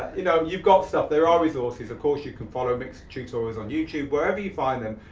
you know, you've got stuff, there are resources. of course, you can follow mixing tutorials on youtube, wherever you find them,